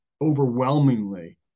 Overwhelmingly